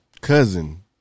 cousin